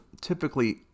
typically